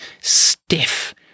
stiff